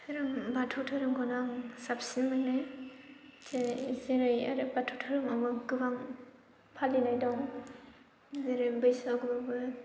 धोरोम बाथौ धोरोमखौनो आं साबसिन मोनो जेरै जेरै आरो बाथौ धोरोमाबो गोबां फालिनाय दं जेरै बैसागुबो